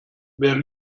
wer